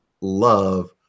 love